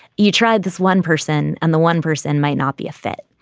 you tried this one person and the one person might not be a fit,